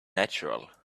natural